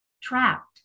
trapped